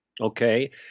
Okay